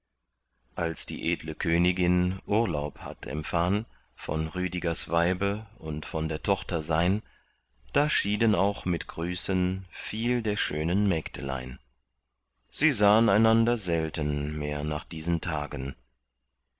als die edle königin urlaub hatt empfahn von rüdigers weibe und von der tochter sein da schieden auch mit grüßen viel der schönen mägdelein sie sahn einander selten mehr nach diesen tagen